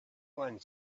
one